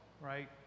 right